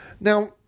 Now